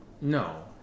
no